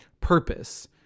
purpose